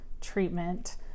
treatment